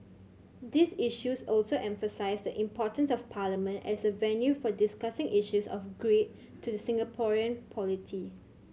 these issues also emphasise the importance of Parliament as a venue for discussing issues of great to the Singaporean polity